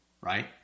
right